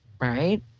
right